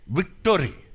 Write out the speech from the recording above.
victory